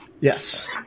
Yes